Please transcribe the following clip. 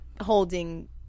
holding